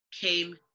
came